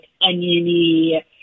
oniony